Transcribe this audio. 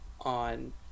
on